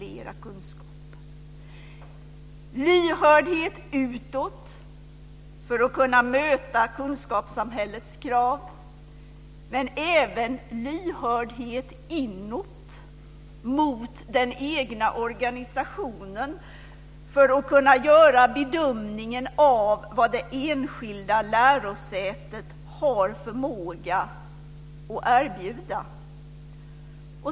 Det krävs lyhördhet utåt för att kunna möta kunskapssamhällets krav, men även lyhördhet inåt mot den egna organisationen för att kunna göra bedömningen av vad det enskilda lärosätet har förmåga att erbjuda.